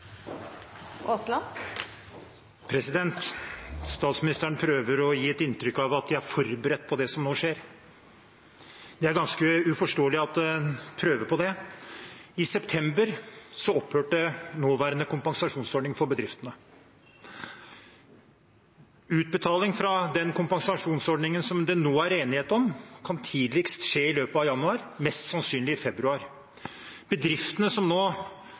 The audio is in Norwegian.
at de er forberedt på det som nå skjer. Det er ganske uforståelig at de prøver på det. I september opphørte nåværende kompensasjonsordning for bedriftene. Utbetaling fra den kompensasjonsordningen det nå er enighet om, kan tidligst skje i løpet av januar, mest sannsynlig i februar. Bedriftene som nå